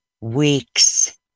week's